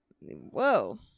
Whoa